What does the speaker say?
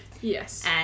Yes